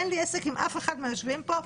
אין לי עסק עם אף אחד מהיושבים פה,